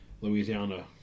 Louisiana